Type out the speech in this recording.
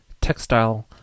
textile